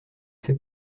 fait